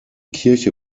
kirche